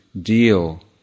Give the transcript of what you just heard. deal